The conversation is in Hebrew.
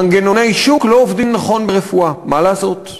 מנגנוני שוק לא עובדים נכון ברפואה, מה לעשות.